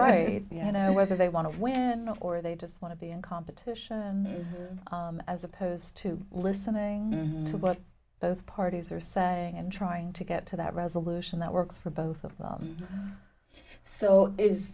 right you know whether they want to win or they just want to be in competition as opposed to listening to what both parties are saying and trying to get to that resolution that works for both of them so is